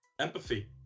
Empathy